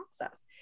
process